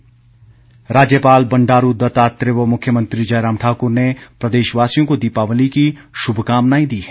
श्भकामनाएं राज्यपाल बंडारू दत्तात्रेय व मुख्यमंत्री जयराम ठाकुर ने प्रदेशवासियों को दीपावली की शुभकामनाएं दी हैं